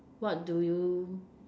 what do you